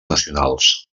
nacionals